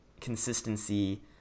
consistency